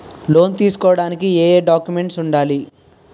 Loan తీసుకోడానికి ఏయే documents వుండాలి?